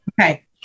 okay